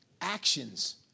Actions